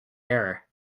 error